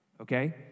okay